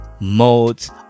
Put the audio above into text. modes